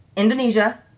Indonesia